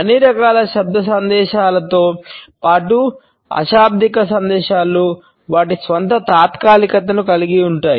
అన్ని రకాల శబ్ద సందేశాలతో పాటు అశాబ్దిక సందేశాలు వాటి స్వంత తాత్కాలికతను కలిగి ఉంటాయి